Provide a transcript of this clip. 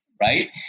right